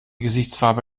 gesichtsfarbe